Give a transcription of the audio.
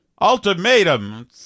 Ultimatum